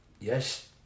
Yes